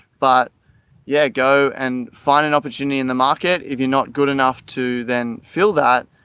but yeah, go and find an opportunity in the market. if you're not good enough to then fill that,